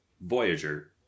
Voyager